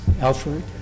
Alfred